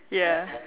ya